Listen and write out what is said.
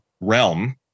realm